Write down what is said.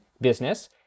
business